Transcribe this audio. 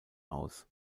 aus